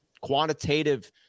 quantitative